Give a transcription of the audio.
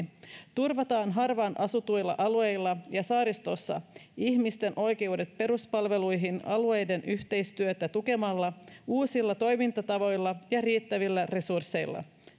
turvataan harvaan asutuilla alueilla ja saaristossa ihmisten oikeudet peruspalveluihin alueiden yhteistyötä tukemalla uusilla toimintatavoilla ja riittävillä resursseilla